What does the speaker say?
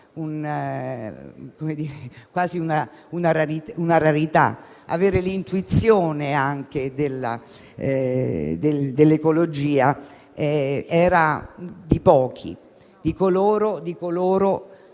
quasi una rarità. Avere l'intuizione dell'ecologia era di pochi, di coloro